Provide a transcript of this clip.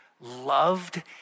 loved